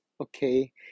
okay